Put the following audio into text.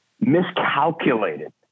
miscalculated